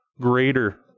greater